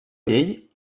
vell